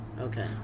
Okay